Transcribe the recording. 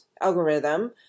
algorithm